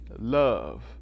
love